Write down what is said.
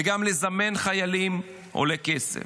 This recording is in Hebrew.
וגם לזמן חיילים עולה כסף,